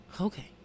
okay